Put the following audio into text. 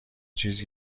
چیز